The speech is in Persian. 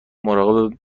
مراقب